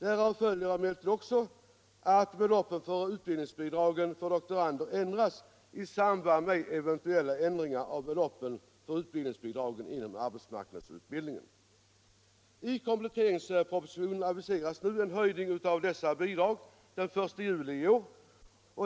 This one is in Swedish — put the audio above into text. Därav följer emellertid också att beloppen för utbildningsbidrag till doktorander ändras i samband med eventuella ändringar av beloppen för utbildningsbidragen inom arbetsmarknadsutbildningen. I kompletteringspropositionen aviseras en höjning av dessa bidrag den 1 juli i år.